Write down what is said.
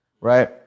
right